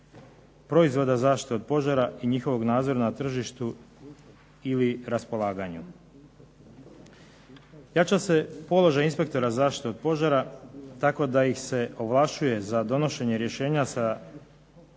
proizvoda zaštite od požara i njihovog nadzora na tržištu ili raspolaganju. Jača se položaj inspektora zaštite od požara tako da ih se ovlašćuje za donošenje rješenja sa